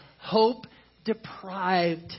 hope-deprived